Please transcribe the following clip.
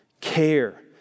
care